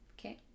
Okay